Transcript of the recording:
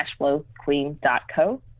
CashflowQueen.co